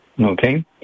okay